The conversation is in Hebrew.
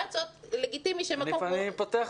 זו צריכה